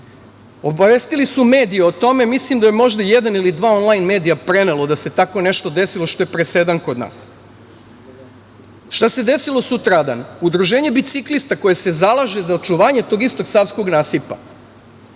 rupu. Obavestili su medije o tome, mislim da je možda jedan ili dva onlajn medija prenelo da se tako nešto desilo što je presedan kod nas. Šta se desilo sutradan? Udruženje biciklista koje se zalaže za očuvanje tog istog savskog nasipa